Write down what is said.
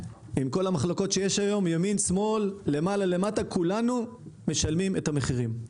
עם כל המחלוקות של ימין ושמאל, משלמים את המחירים.